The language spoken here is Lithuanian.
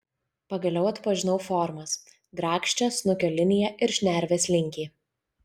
pagaliau atpažinau formas grakščią snukio liniją ir šnervės linkį